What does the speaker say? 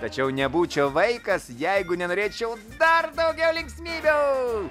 tačiau nebūčiau vaikas jeigu nenorėčiau dar daugiau linksmybių